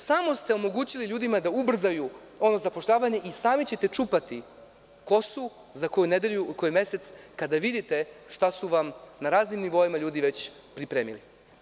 Samo ste omogućili ljudima da ubrzaju zapošljavanje i sami ćete čupati kosu za koju nedelju, za koji mesec kada vidite šta su vam na raznim nivoima ljudi već pripremili.